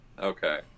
Okay